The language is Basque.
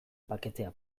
paketea